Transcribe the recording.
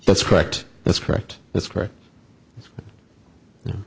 that's correct that's correct that's correct